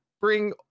bring